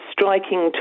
striking